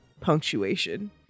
punctuation